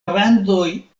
randoj